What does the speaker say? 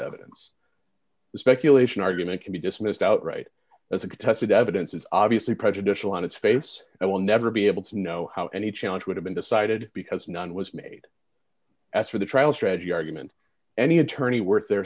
evidence the speculation argument can be dismissed outright as a contested evidence is obviously prejudicial on its face and will never be able to know how any challenge would have been decided because none was made after the trial strategy argument any attorney worth their